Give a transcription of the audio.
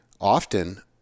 often